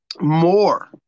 more